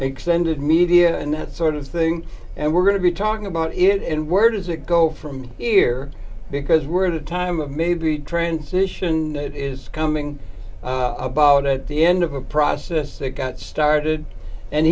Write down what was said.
extended media and that sort of thing and we're going to be talking about it in word as it go from here because we're at a time of maybe transition that is coming about at the end of a process that got started and